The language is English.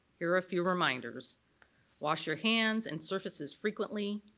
here are a few reminders wash your hands and surfaces frequently,